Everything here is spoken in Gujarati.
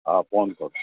હા ફોન કરો